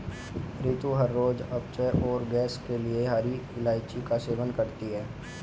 रितु हर रोज अपच और गैस के लिए हरी इलायची का सेवन करती है